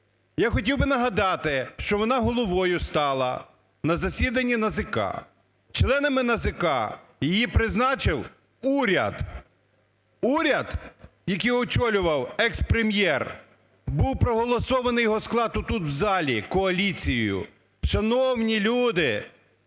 Я хотів би нагадати, що вона головою стала на засіданні НАЗК. Членами НАЗК її призначив уряд. Уряд, який очолював екс-прем'єр, був проголосований його склад отут, в залі, коаліцією. Шановні люди,